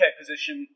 position